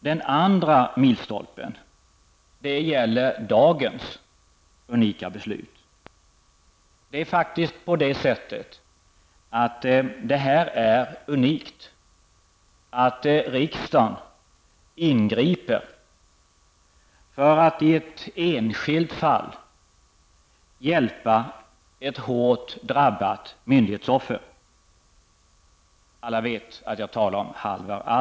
Den andra milstolpen gäller dagens unika beslut. Det är faktiskt unikt att riksdagen ingriper för att i ett enskilt fall hjälpa ett hårt drabbat myndighetsoffer. Alla vet att jag talar om Halvar Alvgard.